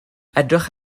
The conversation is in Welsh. edrych